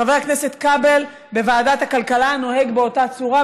חבר הכנסת כבל נוהג בוועדת הכלכלה באותה צורה,